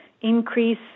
increase